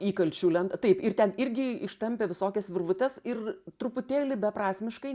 įkalčių lent taip ir ten irgi ištampė visokias virvutes ir truputėlį beprasmiškai